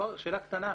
שאלה קטנה.